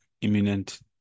imminent